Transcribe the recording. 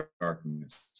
darkness